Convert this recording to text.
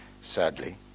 sadly